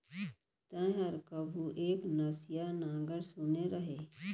तैंहर कभू एक नसिया नांगर सुने रहें?